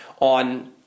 on